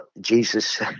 Jesus